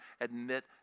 admit